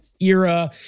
era